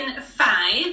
five